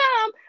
come